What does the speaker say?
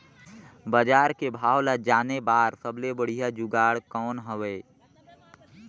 बजार के भाव ला जाने बार सबले बढ़िया जुगाड़ कौन हवय?